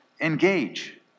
engage